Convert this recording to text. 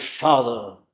Father